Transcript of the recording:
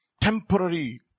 Temporary